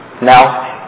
Now